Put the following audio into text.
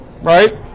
Right